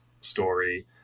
story